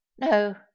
No